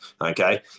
Okay